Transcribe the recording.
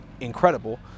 incredible